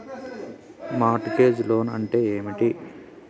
Mart gauge loan అంటే ఏమిటి?